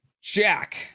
Jack